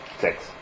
Six